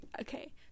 okay